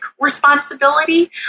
responsibility